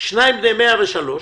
שניים מהם בני 103,